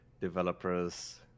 developers